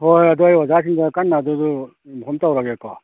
ꯍꯣꯏ ꯑꯗꯣ ꯑꯩ ꯑꯣꯖꯥꯁꯤꯡꯗ ꯀꯟꯅ ꯑꯗꯨꯁꯨ ꯏꯟꯐꯣꯝ ꯇꯧꯔꯒꯦꯀꯣ